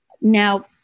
Now